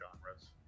genres